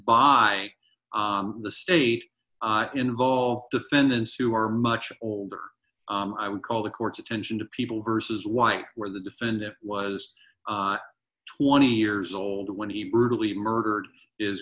by the state involved defendants who are much older i would call the court's attention to people versus white where the defendant was twenty years old when he brutally murdered is